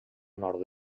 nord